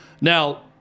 Now